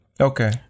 Okay